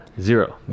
zero